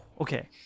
Okay